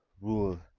rule